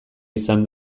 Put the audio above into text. izan